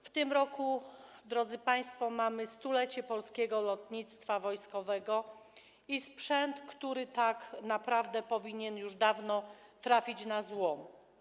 W tym roku, drodzy państwo, mamy stulecie polskiego lotnictwa wojskowego i sprzęt, który tak naprawdę powinien już dawno trafić na złom.